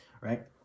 right